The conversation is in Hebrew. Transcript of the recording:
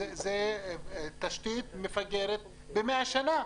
זו תשתית מפגרת במאה שנה,